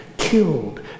killed